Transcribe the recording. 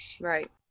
Right